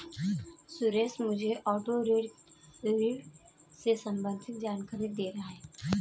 सुरेश मुझे ऑटो ऋण से संबंधित जानकारी दे रहा था